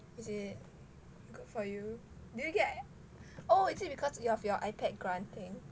is it good for you did you get oh is it because of your ipad grant